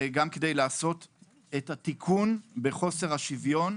גם כדי לעשות את התיקון בחוסר השוויון,